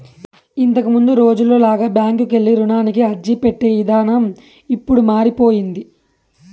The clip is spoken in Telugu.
ఇంతకముందు రోజుల్లో లాగా బ్యాంకుకెళ్ళి రుణానికి అర్జీపెట్టే ఇదానం ఇప్పుడు మారిపొయ్యింది